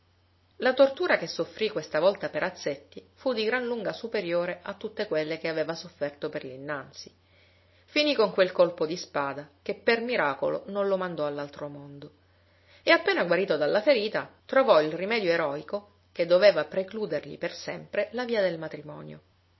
la tortura che soffrì questa volta perazzetti fu di gran lunga superiore a tutte quelle che aveva sofferto per l'innanzi finì con quel colpo di spada che per miracolo non lo mandò all'altro mondo e appena guarito della ferita trovò il rimedio eroico che doveva precludergli per sempre la via del matrimonio